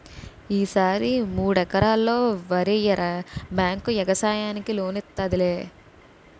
ఈ సారి మూడెకరల్లో వరెయ్యరా బేంకు యెగసాయానికి లోనిత్తాదిలే